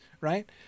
Right